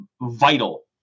vital